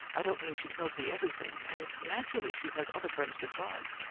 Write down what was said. i don't mean she tells me everything and naturally she has other friends besides.